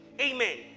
Amen